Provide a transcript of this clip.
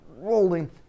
rolling